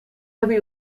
hebben